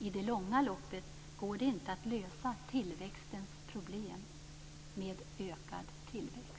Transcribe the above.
I det långa loppet går det inte att lösa tillväxtens problem med ökad tillväxt.